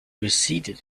receded